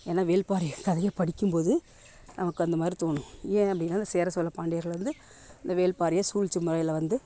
ஏன்னா வேள்பாரி கதையை படிக்கும் போது நமக்கு அந்தமாதிரி தோணும் ஏன் அப்படினா அந்த சேர சோழ பாண்டியர்கள் வந்து அந்த வேள்பாரியை சூழ்ச்சி முறையில் வந்து